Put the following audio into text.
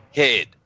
head